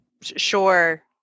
Sure